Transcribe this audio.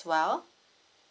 well